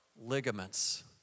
ligaments